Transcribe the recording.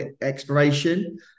exploration